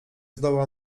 zdoła